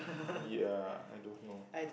ya I don't know